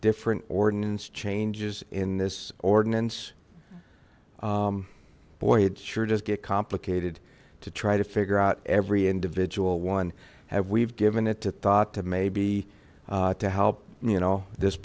different ordinance changes in this ordinance boy it sure does get complicated to try to figure out every individual one have we've given it a thought to maybe to help you know this